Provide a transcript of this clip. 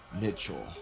Mitchell